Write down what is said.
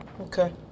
Okay